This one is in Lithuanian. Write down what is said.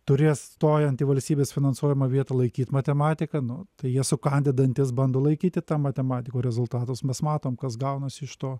turės stojant į valstybės finansuojamą vietą laikyt matematiką nu tai jie sukandę dantis bando laikyti tą matematiką o rezultatus mes matom kas gaunasi iš to